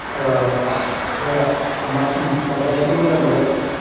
जोंहा मासुम नार्जारिखौ मोजां मोनो